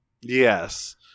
Yes